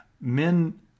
men